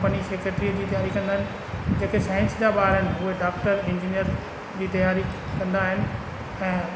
company secretary जी तयारी कंदा आहिनि जेके साइंस जा ॿार आहिनि उहे डॉक्टर इंजीनियर जी तयारी कंदा आहिनि ऐं